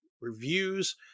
reviews